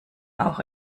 auch